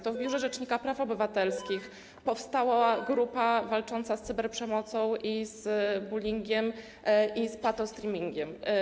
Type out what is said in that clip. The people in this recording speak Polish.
To w Biurze Rzecznika Praw Obywatelskich powstała grupa walcząca z cyberprzemocą, z bullyingiem i z patostreamingiem.